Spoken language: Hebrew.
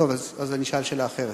טוב, אז אני אשאל שאלה אחרת.